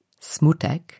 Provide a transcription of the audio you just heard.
smutek